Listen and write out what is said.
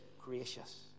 gracious